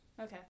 Okay